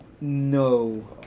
No